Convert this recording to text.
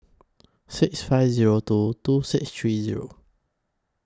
six five Zero two two six three Zero